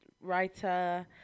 writer